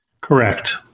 Correct